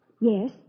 Yes